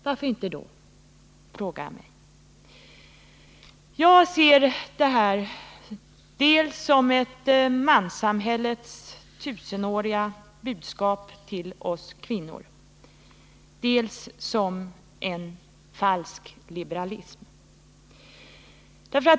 Varför inte, frågar jag mig. Jag ser detta som ett manssamhällets tusenåriga budskap till oss kvinnor och ett godkännande av det som falsk liberalism.